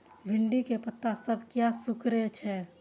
भिंडी के पत्ता सब किया सुकूरे छे?